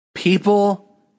People